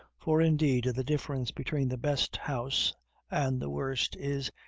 for, indeed, the difference between the best house and the worst is,